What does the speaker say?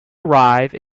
arrive